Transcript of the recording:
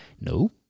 No